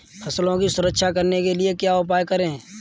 फसलों की सुरक्षा करने के लिए क्या उपाय करें?